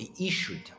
issued